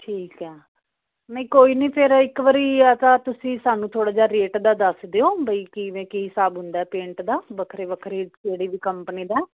ਠੀਕ ਐ ਨਈਂ ਕੋਈ ਨੀ ਫਿਰ ਇੱਕ ਵਰੀ ਜਾਂ ਤੁਸੀਂ ਸਾਨੂੰ ਥੋੜਾ ਜਿਹਾ ਰੇਟ ਦਾ ਦੱਸ ਦਿਓ ਵਈ ਕਿਵੇਂ ਕੀ ਸਾਬ ਹੁੰਦਾ ਪੇਂਟ ਦਾ ਵੱਖਰੇ ਵੱਖਰੇ ਜਿਹੜੀ ਵੀ ਕੰਪਨੀ ਦਾ